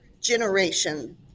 generation